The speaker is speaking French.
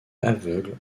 aveugles